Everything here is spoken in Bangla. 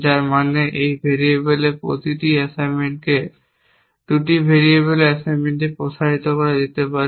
যার মানে এই ভেরিয়েবলের প্রতিটি অ্যাসাইনমেন্টকে 2টি ভেরিয়েবলের অ্যাসাইনমেন্টে প্রসারিত করা যেতে পারে